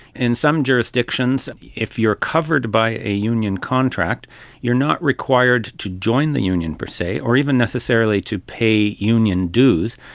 in some jurisdictions if you are covered by a union contract you are not required to join the union per se, or even necessarily to pay union dues,